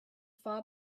far